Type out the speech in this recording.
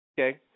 Okay